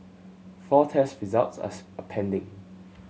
four test results are pending